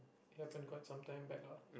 happen quite sometimes back lah